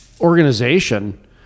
organization